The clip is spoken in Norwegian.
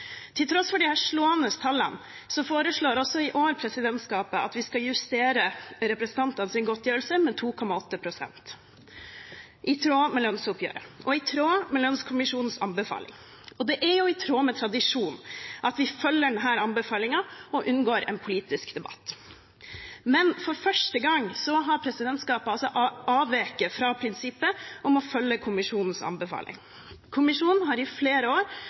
Til tross for disse slående tallene foreslår presidentskapet også i år at vi skal justere representantenes godtgjørelse med 2,8 pst., i tråd med lønnsoppgjøret og i tråd med lønnskommisjonens anbefaling. Og det er jo i tråd med tradisjonen at vi følger denne anbefalingen og unngår en politisk debatt. Men for første gang har presidentskapet avveket fra prinsippet om å følge kommisjonens anbefaling. Kommisjonen har i flere år